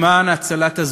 למען הצלת הזולת.